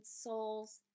souls